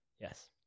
Yes